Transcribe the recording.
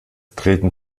treten